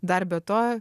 dar be to